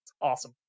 Awesome